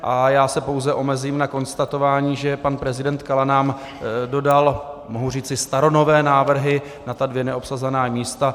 A já se pouze omezím na konstatování, že pan prezident Kala nám dodal, mohu říci, staronové návrhy na ta dvě neobsazená místa.